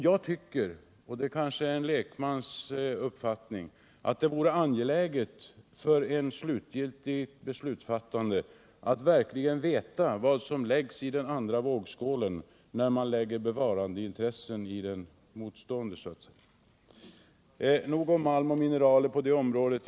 Jag tycker — det är kanske en lekmans uppfattning — att det vore angeläget inför ett slutgiltigt beslutsfattande att verkligen veta vad som läggs i den andra vågskålen när man lägger bevarandeintressena i den ena. Nog om malm och mineraler i det avseendet.